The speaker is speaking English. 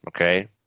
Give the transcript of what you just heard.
okay